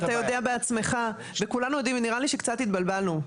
ואתה יודע בעצמך וכולנו שקצת התבלבלנו,